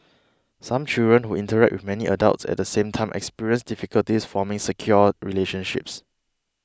some children who interact with many adults at the same time experience difficulties forming secure relationships